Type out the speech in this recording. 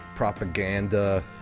propaganda